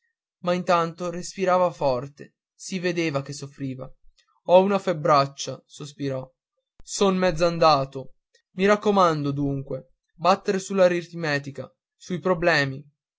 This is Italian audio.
ma intanto respirava forte si vedeva che soffriva ho una febbraccia sospirò son mezz andato i raccomando dunque battere sull'aritmetica sui problemi